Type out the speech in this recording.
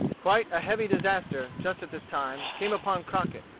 quite a heavy disaster just at this time, came upon crockett.